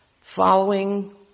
following